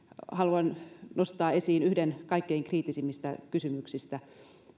haluan nostaa esiin yhden kaikkein kriittisimmistä kysymyksistä